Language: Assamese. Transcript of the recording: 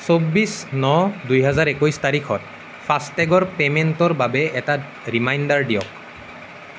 চৌব্বিছ ন দুহেজাৰ একৈছ তাৰিখত ফাষ্টেগৰ পে'মেণ্টৰ বাবে এটা ৰিমাইণ্ডাৰ দিয়ক